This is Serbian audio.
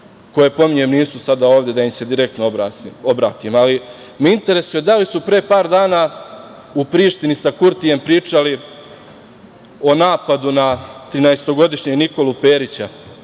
koje pominjem nisu sada ovde da im se direktno obratim, ali me interesuje da li su pre par dana u Prištini sa Kurtijem pričali o napadu na trinaestogodišnjeg Nikolu Perića,